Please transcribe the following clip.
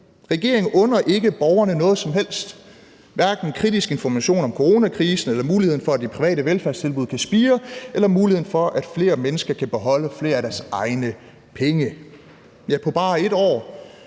Regeringen under ikke borgerne noget som helst, hverken kritisk information om coronakrisen eller muligheden for, at de private velfærdstilbud kan spire, eller muligheden for, at flere mennesker kan beholde flere af deres egne penge. Ja, på bare et år